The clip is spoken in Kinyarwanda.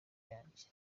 yanjye